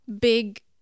big